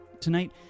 Tonight